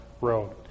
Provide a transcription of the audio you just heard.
road